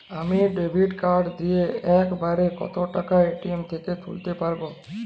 আমি debit card দিয়ে এক বারে কত টাকা এ.টি.এম থেকে তুলতে পারবো?